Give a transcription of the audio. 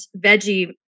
veggie